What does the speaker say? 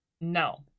No